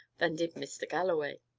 than did mr. galloway.